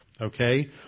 Okay